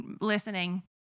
listening